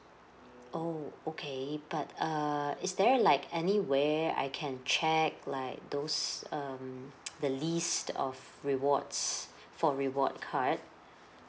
oh okay but err is there like anywhere I can check like those um the list of rewards for reward card